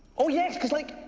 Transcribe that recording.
oh, yes, cause, like,